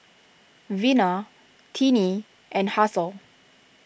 Vina Tinnie and Hasel